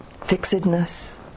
fixedness